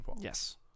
Yes